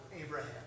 Abraham